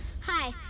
Hi